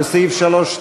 לסעיף 3(2)